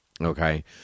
Okay